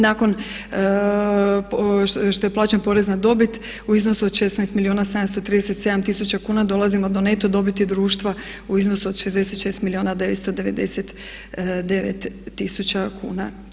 Nakon što je plaćen porez na dobit u iznosu od 16 milijuna 737 tisuća kuna dolazimo do neto dobiti društva u iznosu od 66 milijuna 999 tisuća kuna.